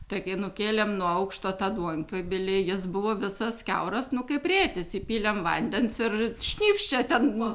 taigi nukėlėm nuo aukšto tą duonkubilį jis buvo visas kiauras nu kaip rėtis įpylėm vandens ir šnypščia ten